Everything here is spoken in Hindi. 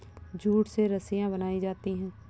जूट से रस्सियां बनायीं जाती है